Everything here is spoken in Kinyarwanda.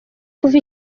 kuva